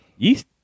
yeast